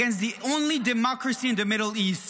the only democracy in the Middle East.